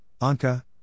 Anka